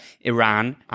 Iran